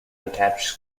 attached